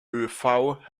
hervor